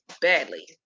badly